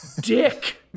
dick